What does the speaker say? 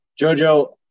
JoJo